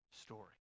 story